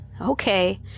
okay